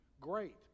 great